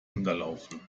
unterlaufen